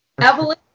Evelyn